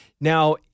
Now